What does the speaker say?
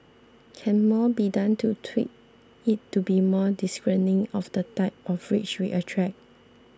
can more be done to tweak it to be more discerning of the type of rich we attract